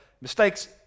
mistakes